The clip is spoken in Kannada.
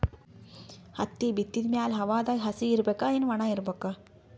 ಹತ್ತಿ ಬಿತ್ತದ ಮ್ಯಾಲ ಹವಾದಾಗ ಹಸಿ ಇರಬೇಕಾ, ಏನ್ ಒಣಇರಬೇಕ?